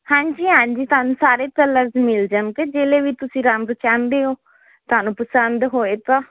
ਹਾਂਜੀ ਹਾਂਜੀ ਤੁਹਾਨੂੰ ਸਾਰੇ ਕਲਰਸ ਮਿਲ ਜਾਣਗੇ ਜਿਲੇ ਵੀ ਤੁਸੀਂ ਰੰਗ ਚਾਹਦੇ ਹੋ ਤੁਹਾਨੂੰ ਪਸੰਦ ਹੋਏ ਤਾਂ